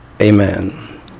Amen